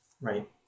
right